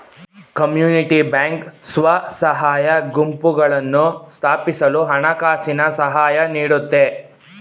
community bank ಸ್ವಸಹಾಯ ಗುಂಪುಗಳನ್ನು ಸ್ಥಾಪಿಸಲು ಹಣಕಾಸಿನ ಸಹಾಯ ನೀಡುತ್ತೆ